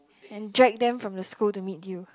and drag them from the school to meet you